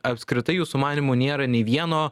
apskritai jūsų manymu nėra nei vieno